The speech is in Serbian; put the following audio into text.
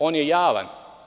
On je javan.